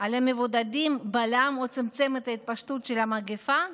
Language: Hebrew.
על המבודדים בלם או צמצם את התפשטות המגפה?